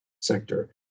sector